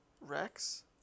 Rex